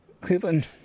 Cleveland